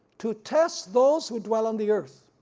to test those who dwell on the earth.